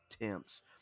attempts